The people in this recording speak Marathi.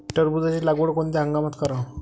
टरबूजाची लागवड कोनत्या हंगामात कराव?